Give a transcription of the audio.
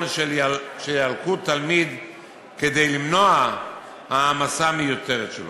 של ילקוט התלמיד כדי למנוע העמסה מיותרת שלו.